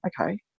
okay